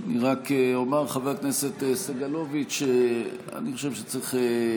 אני רק אומר, חבר כנסת סגלוביץ', שאני חושב שצריך,